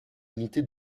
unité